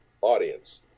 audience